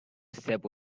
step